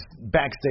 backstage